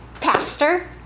pastor